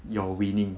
you're winning